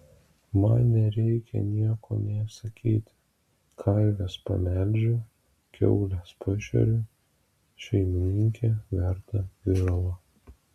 man nereikia nieko nė sakyti karves pamelžiu kiaules pašeriu šeimininkė verda viralą